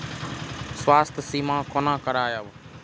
स्वास्थ्य सीमा कोना करायब?